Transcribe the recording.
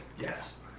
Yes